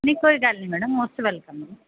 ਨਹੀਂ ਕੋਈ ਗੱਲ ਨਹੀਂ ਮੈਡਮ ਮੋਸਟ ਵੈਲਕਮ